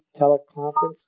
teleconference